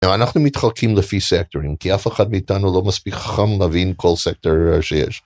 אנחנו מתחלקים לפי סקטורים כי אף אחד מאיתנו לא מספיק חכם מבין כל סקטור שיש.